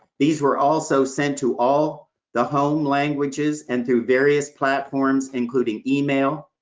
these were also sent to all the home languages, and through various platforms, including email,